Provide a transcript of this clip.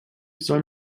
soll